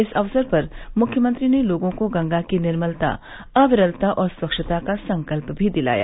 इस अवसर पर मुख्यमंत्री ने लोगों को गंगा की निर्मलता अविरलता और स्वच्छता का संकल्प भी दिलाया